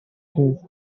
his